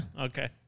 Okay